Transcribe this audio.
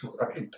Right